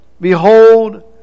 Behold